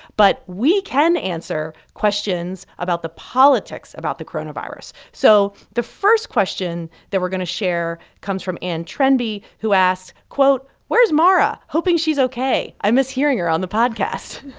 but we can answer questions about the politics about the coronavirus so the first question that we're going to share comes from ann trenby, who asked, quote, where's mara? hoping she's ok. i miss hearing her on the podcast.